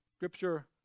Scripture